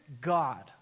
God